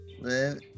live